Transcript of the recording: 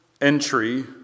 entry